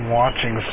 watching